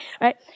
right